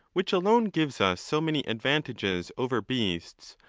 which alone gives us so many advantages over beasts,